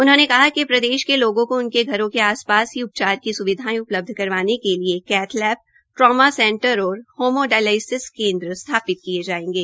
उन्होंने कहा कि प्रदेश के लोगों को उनके घरों के आस पास ही उपचार की स्विधा उपलब्ध करवाने के लिए कैथ लैब ट्रामा सेंटर और होमो डायलिसिस केन्द्र स्थापित किये जायेंगे